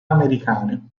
americane